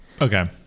okay